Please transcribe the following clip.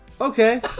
Okay